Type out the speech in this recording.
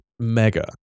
Mega